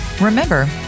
Remember